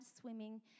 swimming